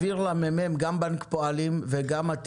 כיוון שהדרך היחידה אנחנו מפחדים,